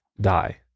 die